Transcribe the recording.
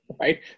Right